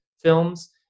films